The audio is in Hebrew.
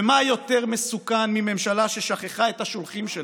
ומה יותר מסוכן מממשלה ששכחה את השולחים שלה,